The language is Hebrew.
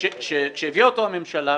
כשהביאה אותו הממשלה,